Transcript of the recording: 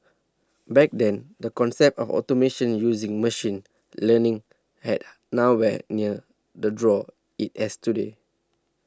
back then the concept of automation using machine learning had nowhere near the draw it has today